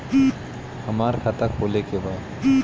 हमार खाता खोले के बा?